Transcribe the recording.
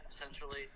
essentially